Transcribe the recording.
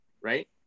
right